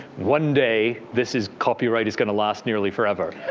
one day this is copyright is going to last nearly forever.